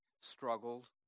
struggled